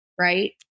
right